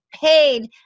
paid